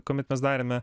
kuomet mes darėme